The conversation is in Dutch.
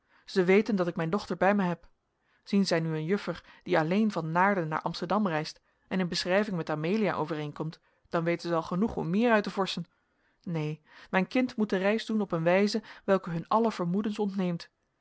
zij weten dat ik mijn dochter bij mij heb zien zij nu een juffer die alleen van naarden naar amsterdam reist en in beschrijving met amelia overeenkomt dan weten zij al genoeg om meer uit te vorschen neen mijn kind moet de reis doen op een wijze welke hun alle vermoedens ontneemt